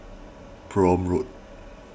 Prome Road